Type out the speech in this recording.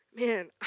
man